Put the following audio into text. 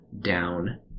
down